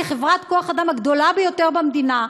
כחברת כוח האדם הגדולה ביותר במדינה,